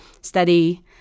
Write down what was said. study